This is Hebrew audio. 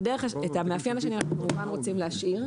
את המאפיין השני אנחנו כמובן רוצים להשאיר,